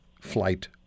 flight